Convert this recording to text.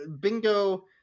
Bingo